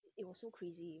it was so crazy